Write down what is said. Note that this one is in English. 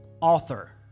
Author